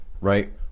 right